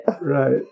Right